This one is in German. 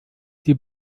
die